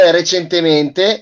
recentemente